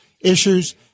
issues